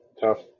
tough